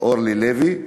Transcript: אורלי לוי,